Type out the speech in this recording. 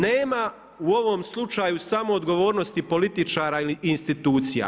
Nema u ovom slučaju samo odgovornosti političara ili institucija.